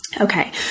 Okay